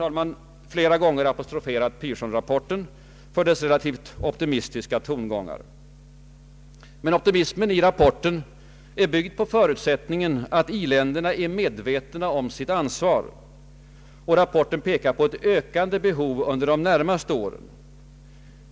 Jag har flera gånger apostroferat Pearsonrapporten för dess relativt optimistiska tongångar. Men optimismen i rapporten är byggd på förutsättningen att i-länderna är medvetna om sitt ansvar. Och rapporten pekar på ökande behov under de närmaste åren.